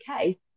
okay